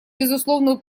безусловную